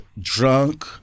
drunk